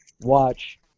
watch